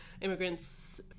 immigrants